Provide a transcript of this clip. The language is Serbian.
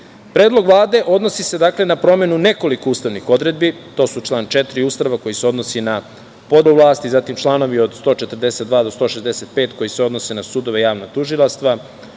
Dačića. Predlog Vlade odnosi se, dakle, na promenu nekoliko ustavnih odredbi. To su član 4. Ustava koji se odnosi na podelu vlasti, zatim članovi od 142. do 165. koji se odnose na sudove i javna tužilaštva.